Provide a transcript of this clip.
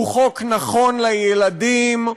הוא חוק נכון לילדים,